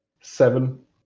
seven